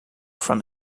from